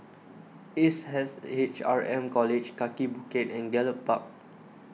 Ace S H R M College Kaki Bukit and Gallop Park